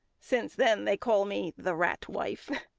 since then they call me the rat-wife.